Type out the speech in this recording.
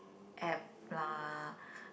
app lah